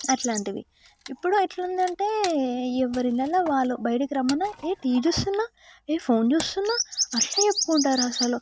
అలాంటివి ఇప్పుడు ఎట్లుంది అంటే ఎవరి ఇళ్ళల్లో వాళ్ళు బయటకు రమ్మన్నా ఏ టీవీ చూస్తున్నా ఏ ఫోన్ చూస్తున్నా అట్లే చెప్పుకుంటారు అసలు